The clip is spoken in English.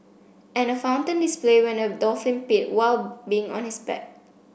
and a fountain display when a dolphin peed while being on his back